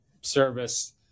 service